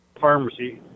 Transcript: pharmacy